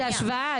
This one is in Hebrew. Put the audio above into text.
זו השוואה.